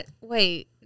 Wait